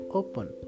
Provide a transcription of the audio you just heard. open